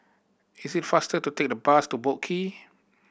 is it faster to take the bus to Boat Quay